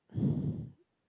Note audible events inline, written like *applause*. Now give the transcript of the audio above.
*breath*